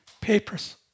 papers